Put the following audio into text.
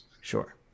sure